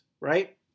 right